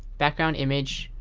background image,